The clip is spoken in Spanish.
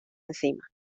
encima